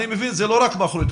אני מבין שזה לא רק באחריותכם,